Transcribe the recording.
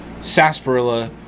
sarsaparilla